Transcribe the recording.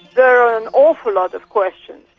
there are an awful lot of questions,